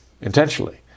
intentionally